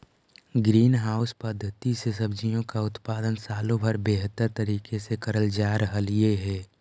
green house पद्धति से सब्जियों का उत्पादन सालों भर बेहतर तरीके से करल जा रहलई हे